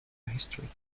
prehistoric